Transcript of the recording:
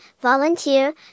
volunteer